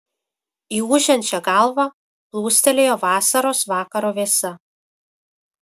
į ūžiančią galvą plūstelėjo vasaros vakaro vėsa